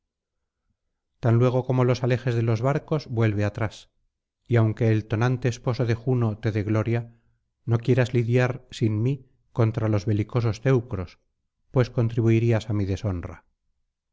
tan luego como los alejes de los barcos vuelve atrás y aunque el tonante esposo de juno te dé gloria no quieras lidiar sin mí contra los belicosos teucros pues contribuirías á mi deshonra